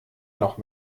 noch